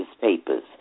papers